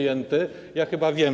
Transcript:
Ja chyba wiem.